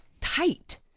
tight